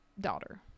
daughter